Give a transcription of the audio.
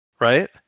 right